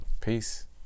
Peace